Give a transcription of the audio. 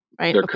Right